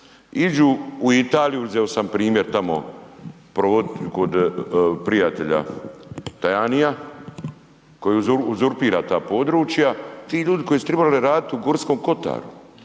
iđu u Italiju, uzeo sam primjer tamo provodit kod prijatelja Tajanija koji uzurpira ta područja, ti ljudi koji su tribali raditi u Gorskom kotaru,